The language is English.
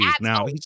now